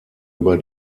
über